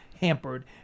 hampered